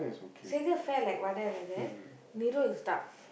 Sekar fair like Vadai like that Niru is dark